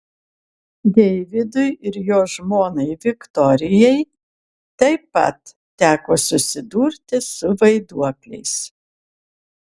deividui ir jo žmonai viktorijai taip pat teko susidurti su vaiduokliais